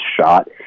shot